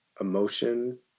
emotion